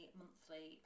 monthly